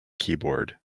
keyboard